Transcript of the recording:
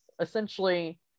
essentially